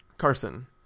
Carson